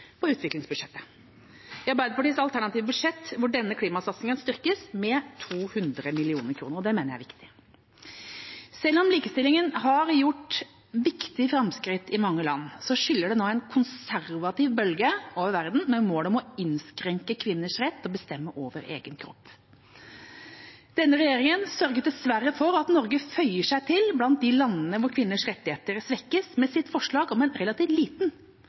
på utviklingsbudsjettet. I Arbeiderpartiets alternative budsjett blir denne klimasatsingen styrket med 200 mill. kr, og det mener jeg er viktig. Selv om likestillingen har gjort viktige framskritt i mange land, skyller det nå en konservativ bølge over verden med mål om å innskrenke kvinners rett til å bestemme over egen kropp. Denne regjeringa sørget dessverre for at Norge føyer seg inn blant de landene hvor kvinnenes rettigheter svekkes, med sitt forslag om en relativt liten,